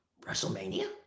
WrestleMania